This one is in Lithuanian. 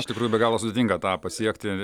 iš tikrųjų be galo sudėtinga tą pasiekti